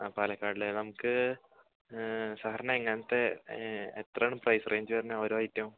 ആ പാലക്കാട് അല്ലേ നമുക്ക് സാറിന് എങ്ങനത്തെ എത്രയാണ് പ്രൈസ് റേഞ്ച് വരുന്നത് ഓരോ ഐറ്റവും